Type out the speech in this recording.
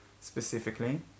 specifically